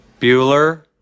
Bueller